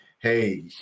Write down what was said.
hey